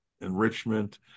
enrichment